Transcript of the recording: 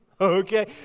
Okay